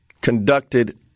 conducted